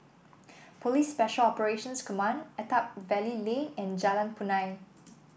Police Special Operations Command Attap Valley Lane and Jalan Punai